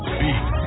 beat